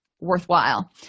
worthwhile